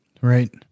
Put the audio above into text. Right